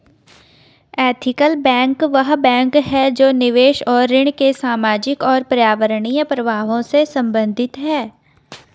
ethical bank वह bank है जो निवेश और ऋण के सामाजिक और पर्यावरणीय प्रभावों से संबंधित है